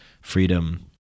freedom